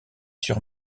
sur